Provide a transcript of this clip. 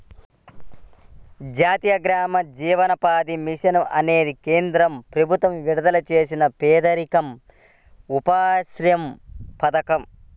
జాతీయ గ్రామీణ జీవనోపాధి మిషన్ అనేది కేంద్ర ప్రభుత్వం విడుదల చేసిన పేదరిక ఉపశమన పథకం